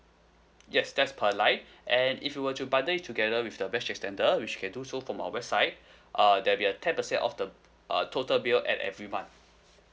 yes that's per line and if you were to bundle it together with the mesh extender which you can do so from our website uh there will be a ten percent off the uh total bill at every month